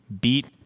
Beat